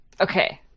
Okay